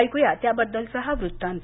ऐकू या त्याबद्दलचा हा वृत्तांत